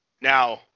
Now